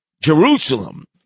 Jerusalem